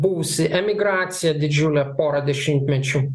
buvusi emigracija didžiulė porą dešimtmečių